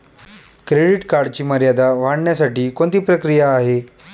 Credit कार्डची मर्यादा वाढवण्यासाठी कोणती प्रक्रिया आहे?